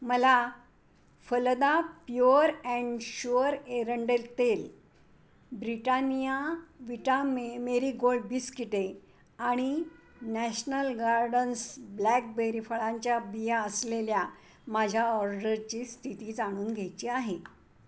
मला Phalada pure and sure एरंडेल तेल ब्रिटानिया व्हिटा मे मेरी गोल्ड बिस्किटे आणि नॅशनल गार्डन्स ब्लॅकबेरी फळांच्या बिया असलेल्या माझ्या ऑर्डरची स्थिती जाणून घ्यायची आहे